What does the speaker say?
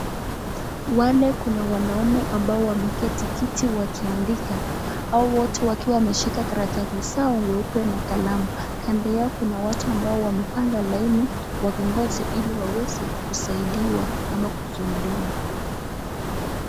Wale kuna wanaume ambao wameketi kiti wakiandika hao wote wakiwa wameshika karatasi zao weupe na kalamu kando yao kuna watu ambao wamepanga laini wakingoja ili waweze kusaidiwa ama kushuhudiwa.